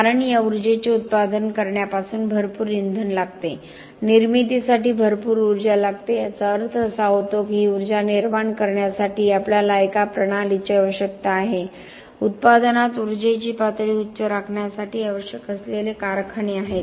कारण या ऊर्जेचे उत्पादन करण्यापासून भरपूर इंधन लागते निर्मितीसाठी भरपूर ऊर्जा लागते याचा अर्थ असा होतो की ही ऊर्जा निर्माण करण्यासाठी आपल्याला एका प्रणालीची आवश्यकता आहे उत्पादनात ऊर्जेची उच्च पातळी राखण्यासाठी आवश्यक असलेले कारखाने आहेत